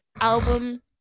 album